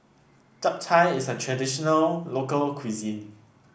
Japchae is a traditional local cuisine